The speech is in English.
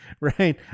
right